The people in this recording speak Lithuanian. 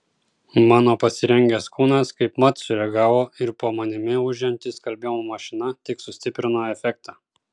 mano pasirengęs kūnas kaip mat sureagavo ir po manimi ūžianti skalbimo mašina tik sustiprino efektą